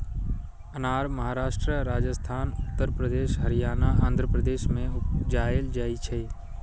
अनार महाराष्ट्र, राजस्थान, उत्तर प्रदेश, हरियाणा, आंध्र प्रदेश मे उपजाएल जाइ छै